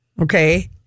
Okay